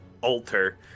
alter